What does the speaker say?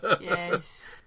Yes